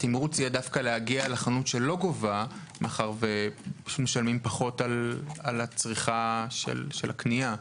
התמרוץ יהיה להגיע לחנות שלא גובה כי משלמים פחות על הצריכה של הקנייה.